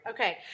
okay